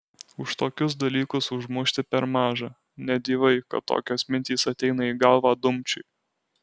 už tokius dalykus užmušti per maža ne dyvai kad tokios mintys ateina į galvą dumčiui